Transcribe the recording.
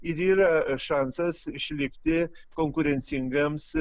ir yra šansas išlikti konkurencingams